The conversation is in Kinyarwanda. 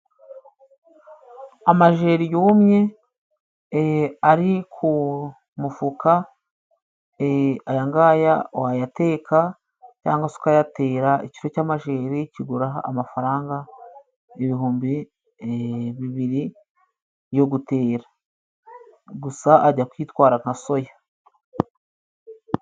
Amajeri yumye ari ku mufuka, ayangaya wayateka, cyangwa se ukayatera ikiro cy'amajeri kigura amafaranga ibihumbi bibiri yo gutera gusa ajya kwitwara nka soya.